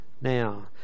Now